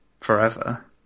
forever